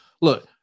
look